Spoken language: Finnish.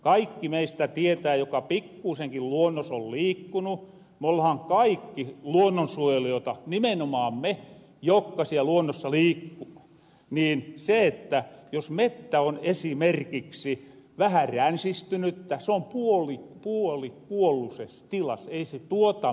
kaikki meistä tietää joka pikkuusenkin luonnos on liikkunu me ollahan kaikki luonnonsuojelijoita nimenomaan me jokka siel luonnossa liikkuu että jos mettä on esimerkiksi vähän ränsistynyttä se on puolikuolluses tilas ei se tuota mitään